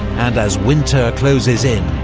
and as winter closes in,